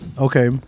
Okay